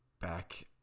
back